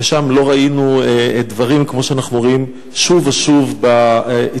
ושם לא ראינו דברים כמו שאנחנו רואים שוב ושוב באיצטדיון